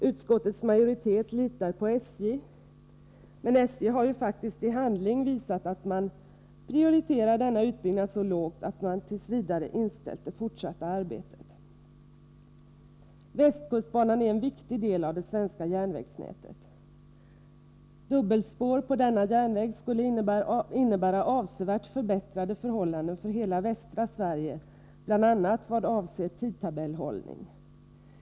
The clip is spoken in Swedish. Utskottets majoritet litar på SJ, men SJ har ju faktiskt i handling visat att man prioriterar denna utbyggnad så lågt att man tt. v. inställt det fortsatta arbetet. Västkustbanan är en viktig del av det svenska järnvägsnätet. Dubbelspår på denna järnväg skulle innebära avsevärt förbättrade förhållanden för hela västra Sverige bl.a. vad avser tidtabellhållning.